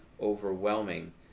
overwhelming